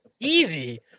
easy